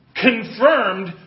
confirmed